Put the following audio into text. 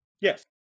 Yes